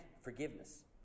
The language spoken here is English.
forgiveness